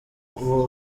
uwo